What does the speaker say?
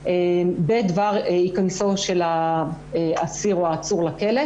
בדבר היכנסו של האסיר או העצור לכלא,